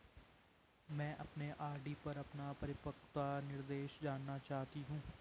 मैं अपने आर.डी पर अपना परिपक्वता निर्देश जानना चाहती हूँ